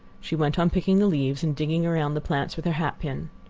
she went on picking the leaves and digging around the plants with her hat pin.